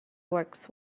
works